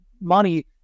money